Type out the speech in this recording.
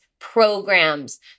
programs